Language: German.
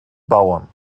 bauern